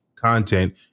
content